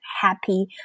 happy